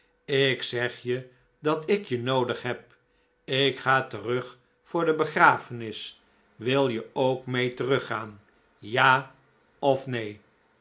ik zeg je dat ik je noodig heb ik ga terug voor de begrafenis wil je ook mee terug gaan ja of nee